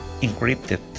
encrypted